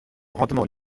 rendement